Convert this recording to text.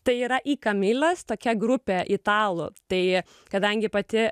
tai yra į kamiles tokia grupė italų tai kadangi pati